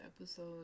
episode